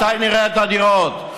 מתי נראה את הדירות?